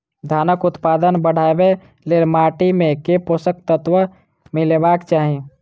धानक उत्पादन बढ़ाबै लेल माटि मे केँ पोसक तत्व मिलेबाक चाहि?